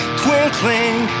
twinkling